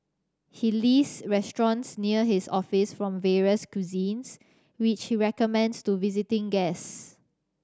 he list restaurants near his office from various cuisines which he recommends to visiting guest